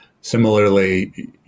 Similarly